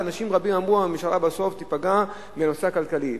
ואנשים רבים אמרו: הממשלה בסוף תיפגע מהנושא הכלכלי.